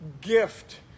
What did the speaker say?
gift